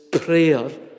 prayer